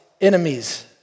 enemies